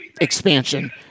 expansion